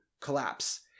collapse